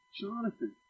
Jonathan